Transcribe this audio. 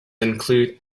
include